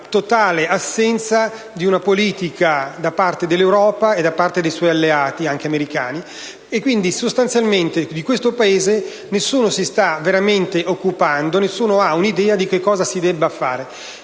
totale assenza di una politica da parte dell’Europa e dei suoi alleati, anche americani. Sostanzialmente, di questo Paese nessuno si sta veramente occupando e nessuno ha un’idea di che cosa si debba fare.